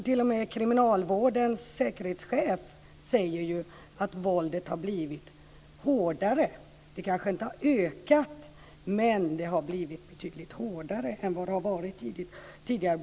T.o.m. kriminalvårdens säkerhetschef säger ju att våldet har blivit hårdare. Hoten och det reella våldet kanske inte har ökat, men det har blivit betydligt hårdare än det har varit tidigare.